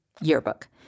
yearbook